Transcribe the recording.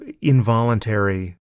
involuntary